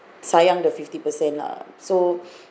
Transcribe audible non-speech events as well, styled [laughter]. sayang the fifty percent lah so [breath]